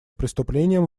преступлениям